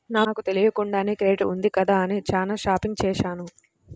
నాకు తెలియకుండానే క్రెడిట్ ఉంది కదా అని చానా షాపింగ్ చేశాను